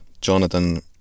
Jonathan